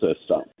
system